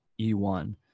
E1